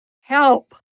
Help